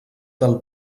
del